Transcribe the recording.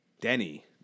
Denny